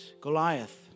Goliath